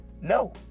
No